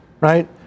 right